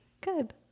Good